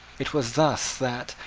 it was thus that,